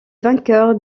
vainqueurs